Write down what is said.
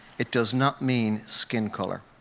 it does not mean skin color.